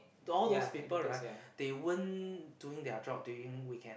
to all those people right they weren't doing their job during weekend